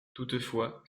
toutefois